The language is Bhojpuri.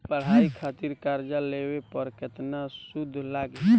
पढ़ाई खातिर कर्जा लेवे पर केतना सूद लागी?